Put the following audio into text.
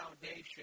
foundation